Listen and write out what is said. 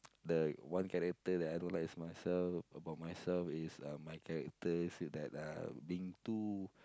the one character that I don't like is myself about myself is uh my character so that uh being too